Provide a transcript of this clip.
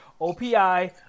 OPI